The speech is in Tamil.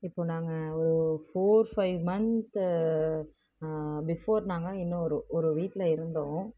இப்போது நாங்கள் ஃபோர் ஃபைவ் மன்த் பிஃபோர் நாங்கள் இன்னொரு ஒரு வீட்டில் இருந்தோம்